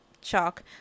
chalk